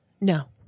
No